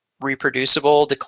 reproducible